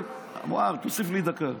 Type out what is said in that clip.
תוסיף לי דקה.